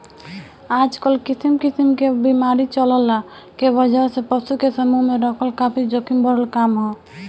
आजकल किसिम किसिम क बीमारी चलला के वजह से पशु के समूह में रखल काफी जोखिम भरल काम ह